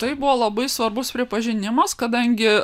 tai buvo labai svarbus pripažinimas kadangi